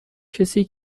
کسی